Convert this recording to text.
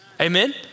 amen